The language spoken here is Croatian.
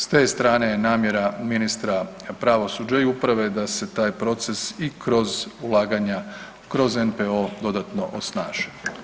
S te strane je namjera ministra pravosuđa i uprave da se taj proces i kroz ulaganja kroz NPO dodatno osnaže.